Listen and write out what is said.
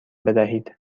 بدهید